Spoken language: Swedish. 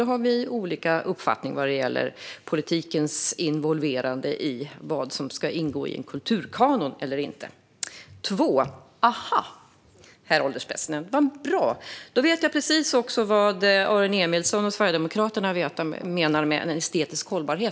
Vi har olika uppfattningar vad gäller politikens involverande i vad som ska ingå i en kulturkanon eller inte. Aha! Vad bra - då vet jag precis vad Aron Emilsson och Sverigedemokraterna menar med estetisk hållbarhet.